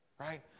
right